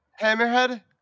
Hammerhead